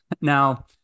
Now